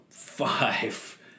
five